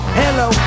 hello